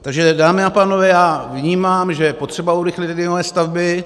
Takže dámy a pánové, já vnímám, že je potřeba urychlit liniové stavby.